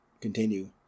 continue